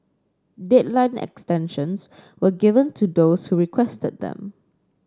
deadline extensions were given to those who requested them